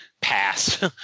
Pass